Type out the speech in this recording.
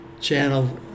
channel